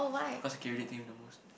cause he carry the team the most